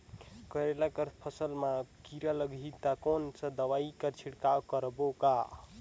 करेला कर फसल मा कीरा लगही ता कौन सा दवाई ला छिड़काव करबो गा?